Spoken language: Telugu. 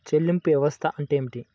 చెల్లింపు వ్యవస్థ అంటే ఏమిటి?